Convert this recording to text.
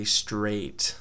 straight